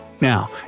Now